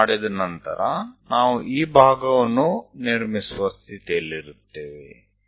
ಇದನ್ನು ಮಾಡಿದ ನಂತರ ನಾವು ಈ ಭಾಗವನ್ನು ನಿರ್ಮಿಸುವ ಸ್ಥಿತಿಯಲ್ಲಿರುತ್ತೇವೆ